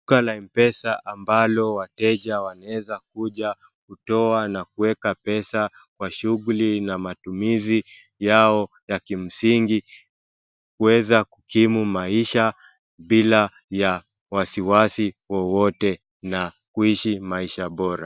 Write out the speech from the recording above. Duka la Mpesa ambalo wateja wanaweza kuja kutoa na kuweka pesa kwa shughuli na matumizi yao ya kimsingi. Kuweza kukimu maisha bila ya wasiwasi wowote na kuishi maisha bora.